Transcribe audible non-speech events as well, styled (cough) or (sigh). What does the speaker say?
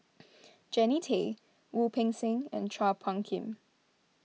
(noise) Jannie Tay Wu Peng Seng and Chua Phung Kim